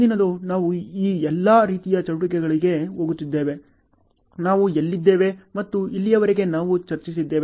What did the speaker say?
ಮುಂದಿನದು ನಾವು ಎಲ್ಲ ರೀತಿಯ ಚಟುವಟಿಕೆಗಳಿಗೆ ಹೋಗುತ್ತಿದ್ದೇವೆ ನಾವು ಎಲ್ಲಿದ್ದೇವೆ ಮತ್ತು ಇಲ್ಲಿಯವರೆಗೆ ನಾವು ಚರ್ಚಿಸಿದ್ದೇವೆ